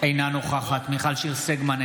אינה נוכחת מיכל שיר סגמן,